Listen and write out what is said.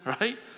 right